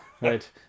Right